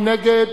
מי נגד?